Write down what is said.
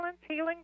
healing